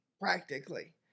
practically